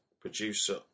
producer